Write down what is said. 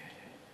כבוד היושב-ראש,